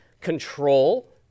control